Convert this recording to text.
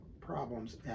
problems